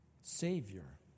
Savior